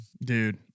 dude